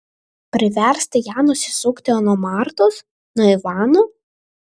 priversti ją nusisukti nuo martos nuo ivano